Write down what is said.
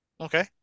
okay